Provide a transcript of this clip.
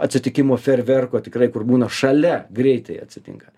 atsitikimo fejerverko tikrai kur būna šalia greitai atsitinka